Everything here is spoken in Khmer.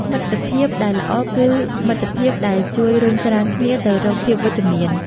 មិត្តភាពដែលល្អគឺមិត្តភាពដែលជួយរុញច្រានគ្នាទៅរកភាពវិជ្ជមាន។